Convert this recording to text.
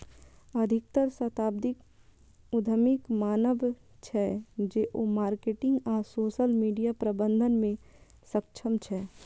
अधिकतर सहस्राब्दी उद्यमीक मानब छै, जे ओ मार्केटिंग आ सोशल मीडिया प्रबंधन मे सक्षम छै